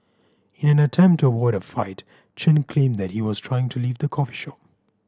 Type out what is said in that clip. in an attempt to avoid a fight Chen claimed that he was trying to leave the coffee shop